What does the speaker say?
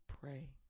pray